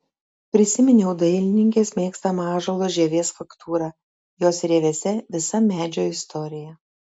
prisiminiau dailininkės mėgstamą ąžuolo žievės faktūrą jos rievėse visa medžio istorija